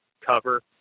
cover